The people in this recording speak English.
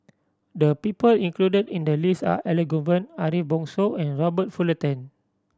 the people included in the list are Elangovan Ariff Bongso and Robert Fullerton